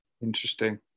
Interesting